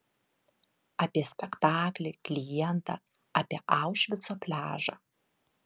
apie spektaklį klientą apie aušvico pliažą